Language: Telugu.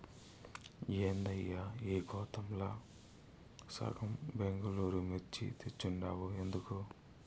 ఏందయ్యా ఈ గోతాంల సగం బెంగళూరు మిర్చి తెచ్చుండావు ఎందుకు